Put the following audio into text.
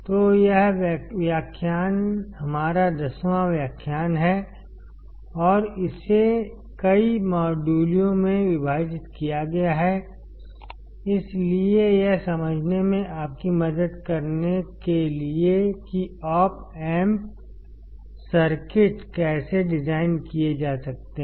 तो यह व्याख्यान हमारा 10 वाँ व्याख्यान है और इसे कई मॉड्यूलों में विभाजित किया गया है इसलिए यह समझने में आपकी मदद करने के लिए कि ऑप एम्प सर्किट कैसे डिजाइन किए जा सकते हैं